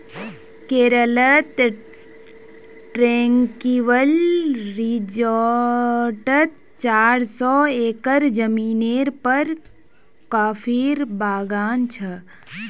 केरलत ट्रैंक्विल रिज़ॉर्टत चार सौ एकड़ ज़मीनेर पर कॉफीर बागान छ